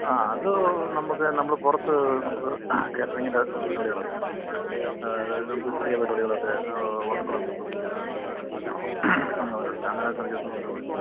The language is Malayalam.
ആ അത് നമുക്കു നമ്മള് പുറത്തു നമുക്ക് കാറ്ററിങ്ങിൻ്റെ പരിപാടികളൊക്കെ ഉണ്ട് അതായത് നമുക്ക് ചെറിയ പരിപാടികളൊക്കെ വർക്കുകളൊക്കെ നമ്മള് പിടിക്കും കല്യാണമോ അങ്ങനെയൊക്കെയുള്ളതു പിടിക്കും അങ്ങനെ സമയത്തു പിടിക്കും